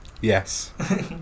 Yes